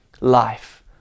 life